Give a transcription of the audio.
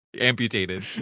amputated